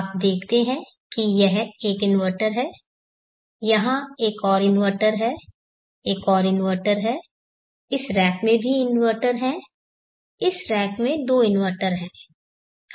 आप देखते हैं कि यह एक इन्वर्टर है यहाँ एक और इन्वर्टर है एक और इन्वर्टर है इस रैक में भी इन्वर्टर हैं इस रैक में दो इन्वर्टर हैं